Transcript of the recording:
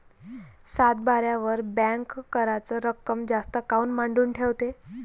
सातबाऱ्यावर बँक कराच रक्कम जास्त काऊन मांडून ठेवते?